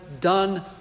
done